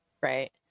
right